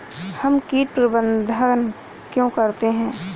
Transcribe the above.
हम कीट प्रबंधन क्यों करते हैं?